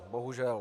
Bohužel.